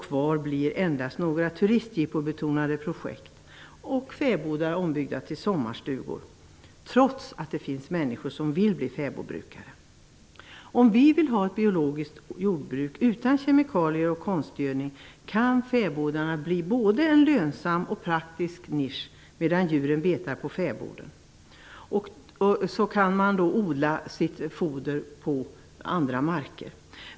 Kvar blir endast några turistjippobetonade projekt och fäbodar ombyggda till sommarstugor, trots att det finns människor som vill bli fäbodbrukare. Om vi vill ha ett ekologiskt jordbruk utan kemikalier och konstgödning kan fäbodarna bli både en lönsam och praktisk nisch. Medan djuren betar på fäbodvallen kan man då odla deras foder på andra marker.